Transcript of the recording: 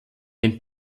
den